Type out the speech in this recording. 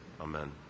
Amen